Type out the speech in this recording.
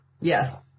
Yes